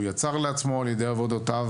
הוא יצר לעצמו על ידי עבודותיו,